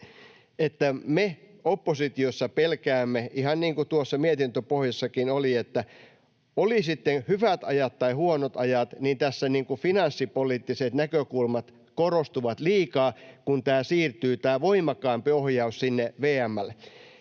me oppositiossa pelkäämme — ihan niin kuin tuossa mietintöpohjassakin oli — että oli sitten hyvät ajat tai huonot ajat, niin tässä finanssipoliittiset näkökulmat korostuvat liikaa, kun tämä voimakkaampi ohjaus siirtyy sinne VM:lle.